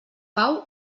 pau